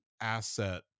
asset